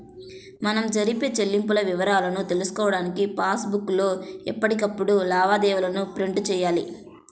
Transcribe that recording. మనం జరిపే చెల్లింపుల వివరాలను తెలుసుకోడానికి పాస్ బుక్ లో ఎప్పటికప్పుడు లావాదేవీలను ప్రింట్ చేయించాలి